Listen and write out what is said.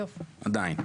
עדיין.